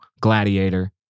gladiator